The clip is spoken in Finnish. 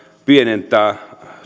pienentää